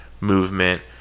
movement